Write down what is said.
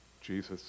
Jesus